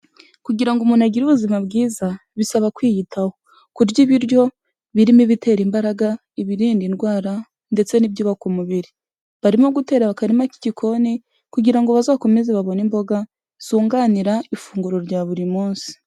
Kugira ngo umuntu agire ubuzima bwiza bisaba kwiyitaho kurya ibiryo birimo ibitera imbaraga, ibirinda indwara ndetse n'ibyubaka umubiri, barimo gutera akarima k'igikoni kugira ngo bazakomeze babone imboga zunganira ifunguro rya buri munsi.